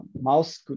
mouse